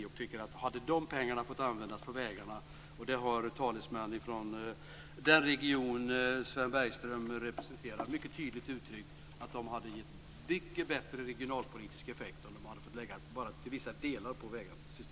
Om de pengarna fått användas för vägarna - det har talesmän från den region Sven Bergström representerar mycket tydligt uttryckt - hade det blivit en bättre regionalpolitisk effekt.